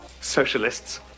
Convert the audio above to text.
socialists